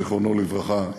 זיכרונו לברכה,